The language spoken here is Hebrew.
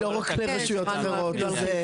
לא רק ברשויות רע מאוד וזה.